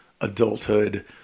adulthood